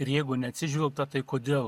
ir jeigu neatsižvelgta tai kodėl